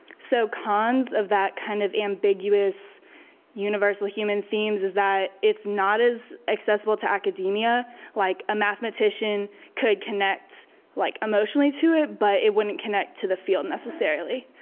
so, cons of that kind of ambiguous universal human themes is that it's not as accessible to academia like a mathematician could connect like emotionally to it but it wouldn't connect to the field necessarily.